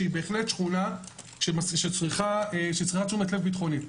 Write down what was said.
שהיא בהחלט שכונה שצריכה תשומת לב ביטחונית.